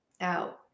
out